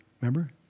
remember